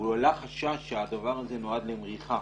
הועלה חשש שהדבר הזה נועד למריחת